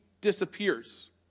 disappears